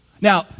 Now